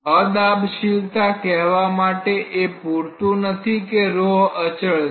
અદાબશીલતા કહેવા માટે એ પૂરતું નથી કે ρ અચળ છે